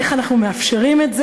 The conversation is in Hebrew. איך אנחנו מאפשרים את זה?